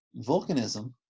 volcanism